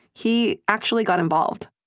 he actually got involved.